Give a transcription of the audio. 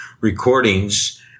recordings